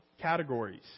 categories